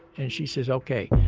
and she says, ok.